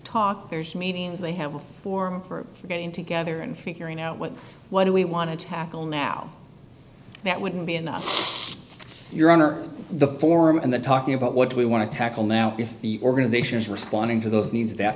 talkers meetings they have a forum for getting together and figuring out what what do we want to tackle now that wouldn't be enough your honor the forum and the talking about what we want to tackle now if the organization is responding to those needs that